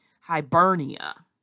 Hibernia